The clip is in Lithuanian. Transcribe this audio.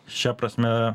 šia prasme